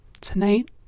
tonight